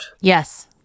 Yes